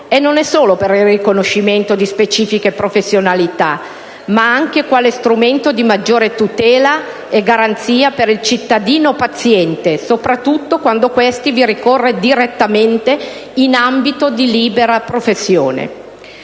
non solo per il riconoscimento di specifiche professionalità, ma anche come strumento di maggiore tutela e garanzia per il cittadino paziente, soprattutto quando questi vi ricorre direttamente in ambito di libera professione.